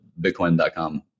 Bitcoin.com